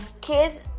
kids